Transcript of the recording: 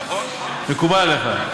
מקובל עליך?